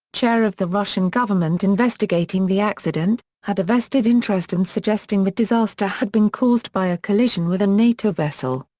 chair of the russian government investigating the accident, had a vested interest in suggesting the disaster had been caused by a collision with a nato vessel.